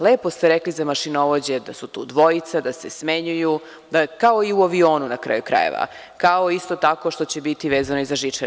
Lepo ste rekli za mašinovođe da su tu dvojica, da se smenjuju, da je kao i u avionu, na kraju krajeva, kao isto tako što će biti vezano i za žičare.